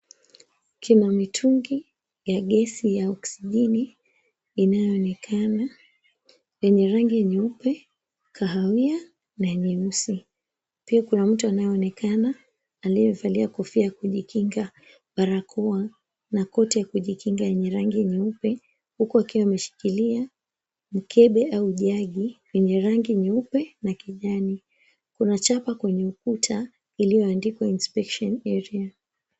Kuna mitungi ya gesi ya oxygen inayoonekana yenye rangi ya nyeupe, kahawia na nyeusi. Pia kuna mtu anayeonekana aliyevalia kofia ya kujikinga, barakoa na koti ya kujikinga yenye rangi nyeupe. Huku akiwa ameshikilia mkebe au jagi yenye rangi nyeupe na kijani. Kuna chapa kwenye ukuta iliyoandikwa, Inspection Area.